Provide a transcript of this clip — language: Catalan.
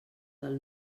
del